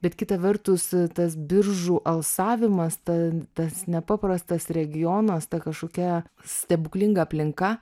bet kita vertus tas biržų alsavimas ta tas nepaprastas regionas ta kažkokia stebuklinga aplinka